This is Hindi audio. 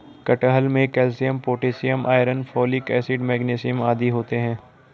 कटहल में calcium potassium iron folic acid magnesium आदि होते हैं